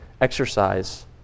exercise